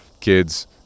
kids